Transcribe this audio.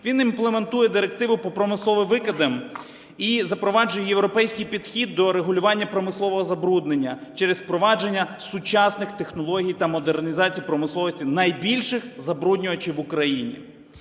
Він імплементує Директиву про промислові викиди і запроваджує європейський підхід до регулювання промислового забруднення через впровадження сучасних технологій та модернізації промисловості найбільших забруднювачів в Україні.